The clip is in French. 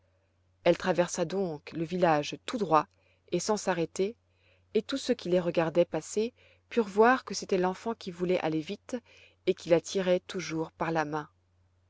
elle traversa donc le village tout droit et sans s'arrêter et tous ceux qui les regardaient passer purent voir que c'était l'enfant qui voulait aller vite et qui la tirait toujours par la main